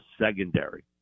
secondary